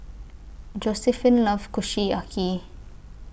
Josiephine loves Kushiyaki